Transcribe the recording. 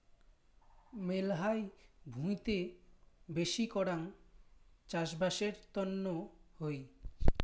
মেলহাই ভুঁইতে বেশি করাং চাষবাসের তন্ন হই